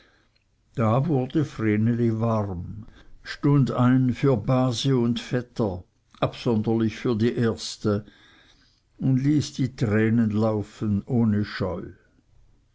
da wurde vreneli warm stund ein für base und vetter absonderlich für die erste und ließ die tränen laufen ohne scheu